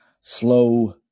slow